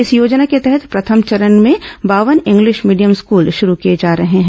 इस योजना के तहत प्रथम चरण में बावन इंग्लिश मीडियम स्कूल शुरू किए जा रहे हैं